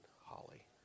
Holly